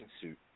suit